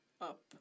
up